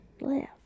left